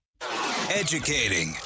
Educating